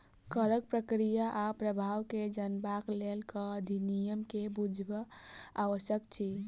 करक प्रक्रिया आ प्रभाव के जनबाक लेल कर अधिनियम के बुझब आवश्यक अछि